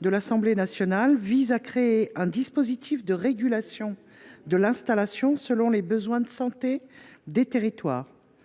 de l’Assemblée nationale, vise à créer un dispositif de régulation de l’installation selon les besoins de santé des territoires,